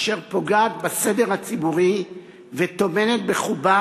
אשר פוגעת בסדר הציבורי וטומנת בחובה